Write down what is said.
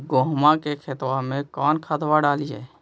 गेहुआ के खेतवा में कौन खदबा डालिए?